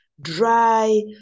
dry